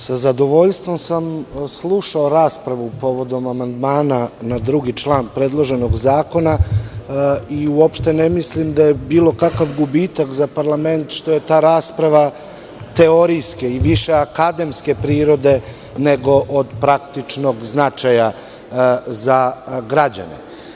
zadovoljstvom sam slušao raspravu povodom amandmana na drugi član predloženog zakona i uopšte ne mislim da je bilo kakav gubitak za parlament što je ta rasprava teorijske i više akademske prirode, nego od praktičnog značaja za građane.